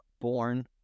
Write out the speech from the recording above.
born